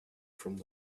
from